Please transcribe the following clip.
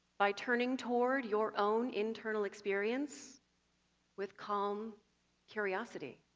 by turning toward your own internal experience with calm curiosity.